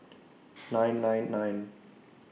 nine nine nine